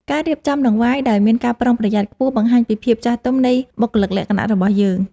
ការរៀបចំដង្វាយដោយមានការប្រុងប្រយ័ត្នខ្ពស់បង្ហាញពីភាពចាស់ទុំនៃបុគ្គលិកលក្ខណៈរបស់យើង។